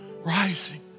rising